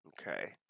Okay